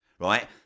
right